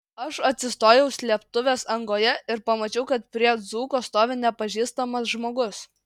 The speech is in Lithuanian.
aš atsistojau slėptuvės angoje ir pamačiau kad prie dzūko stovi nepažįstamas žmogus